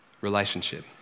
Relationship